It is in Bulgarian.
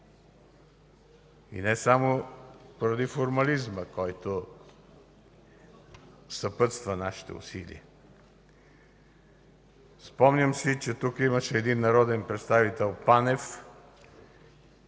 И не само поради формализма, който съпътства нашите усилия. Спомням си, че тук имаше един народен представител Панев,